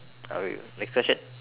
next question